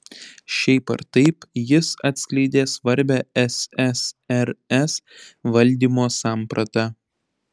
šiaip ar taip jis atskleidė svarbią ssrs valdymo sampratą